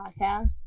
podcast